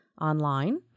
online